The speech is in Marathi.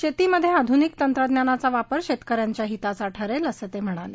शेतीमधे आधुनिक तंत्रज्ञानाचा वापर शेतक यांच्या हिताचा ठरेल असं ते म्हणाले